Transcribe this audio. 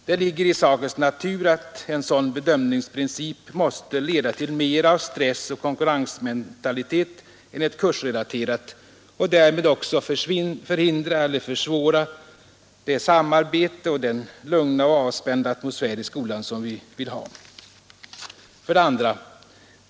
Det ligger i sakens natur att en sådan bedömningsprincip måste leda till mera av stress och konkurrensmentalitet än ett kursrelaterat system och därmed också förhindra eller försvåra det samarbete och den lugna och avspända atmosfär som vi vill ha i skolan. 2.